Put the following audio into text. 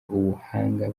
ubuhanga